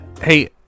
hey